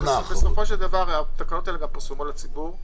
התקנות פורסמו לציבור,